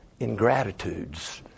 ingratitudes